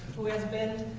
who has been,